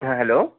হ্যাঁ হ্যালো